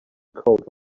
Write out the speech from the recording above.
cold